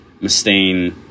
Mustaine